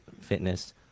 fitness